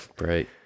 Right